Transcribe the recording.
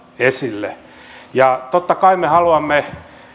esille totta kai me haluamme